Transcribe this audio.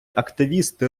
активісти